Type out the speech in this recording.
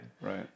Right